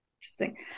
Interesting